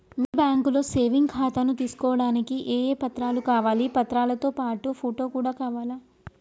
మీ బ్యాంకులో సేవింగ్ ఖాతాను తీసుకోవడానికి ఏ ఏ పత్రాలు కావాలి పత్రాలతో పాటు ఫోటో కూడా కావాలా?